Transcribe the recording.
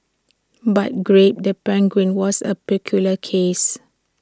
but grape the penguin was A peculiar case